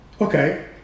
okay